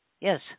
Yes